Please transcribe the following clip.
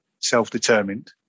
self-determined